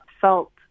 felt